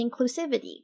inclusivity